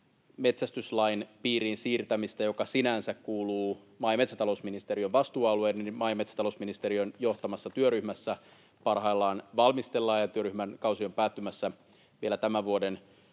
metsästyslain piiriin siirtämistä, joka sinänsä kuuluu maa- ja metsätalousministeriön vastuualueelle, maa- ja metsätalousministeriön johtamassa työryhmässä parhaillaan valmistellaan, ja työryhmän kausi on päättymässä vielä tämän vuoden puolella.